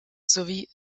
sowie